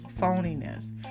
phoniness